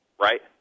right